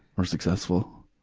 or successful.